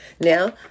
Now